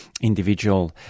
individual